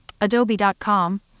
Adobe.com